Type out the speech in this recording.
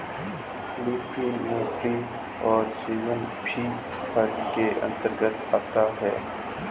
lupin, मूंगफली और सेम भी फली के अंतर्गत आते हैं